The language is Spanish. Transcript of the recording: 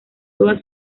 toda